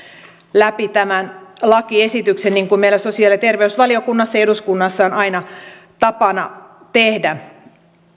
läpi tämän lakiesityksen niin kuin meillä sosiaali ja terveysvaliokunnassa ja eduskunnassa on aina tapana tehdä